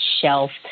shelved